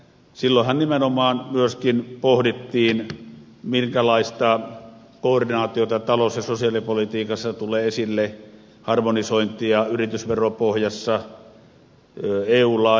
silloinhan nimenomaan myöskin pohdittiin minkälaista koordinaatiota talous ja sosiaalipolitiikassa tulee esille harmonisointia yritysveropohjassa eun laajuisesti